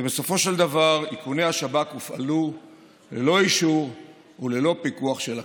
ובסופו של דבר איכוני השב"כ הופעלו ללא אישור וללא פיקוח של הכנסת.